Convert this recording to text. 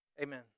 Amen